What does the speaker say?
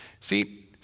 See